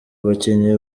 abakinnyi